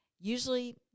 usually